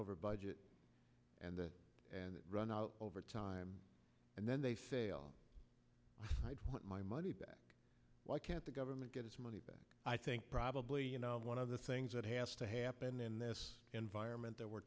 over budget and and run out over time and then they fail i'd want my money back why can't the government get its money back i think probably you know one of the things that has to happen in this environment that we're